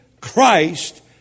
Christ